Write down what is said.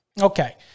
Okay